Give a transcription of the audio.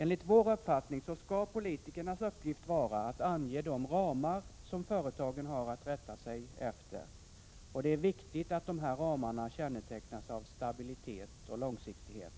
Enligt vår uppfattning skall politikernas uppgift vara att ange de ramar som företagen har att rätta sig efter. Och det är viktigt att de här ramarna kännetecknas av stabilitet och långsiktighet.